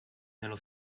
nello